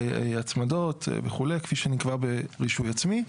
הצמדות וכו' כפי שנקבע ברישוי עצמי.